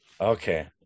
Okay